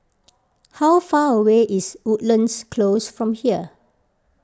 how far away is Woodlands Close from here